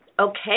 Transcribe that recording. okay